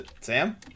Sam